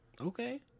Okay